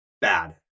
bad